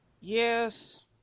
yes